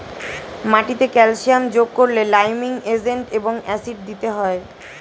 মাটিতে ক্যালসিয়াম যোগ করলে লাইমিং এজেন্ট এবং অ্যাসিড দিতে হয়